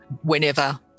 whenever